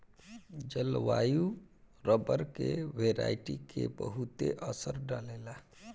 जलवायु रबर के वेराइटी के बहुते असर डाले ला